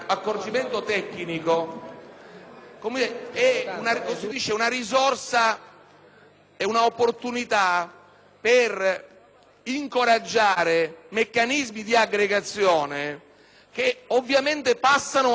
una risorsa e un'opportunità per incoraggiare meccanismi di aggregazione, che ovviamente passano anche dal riconoscimento del simbolo.